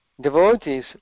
Devotees